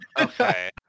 Okay